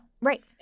Right